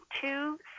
two